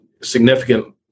significant